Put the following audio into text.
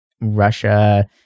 Russia